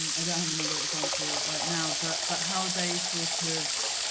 um i don't have another example right now, but but how they sort of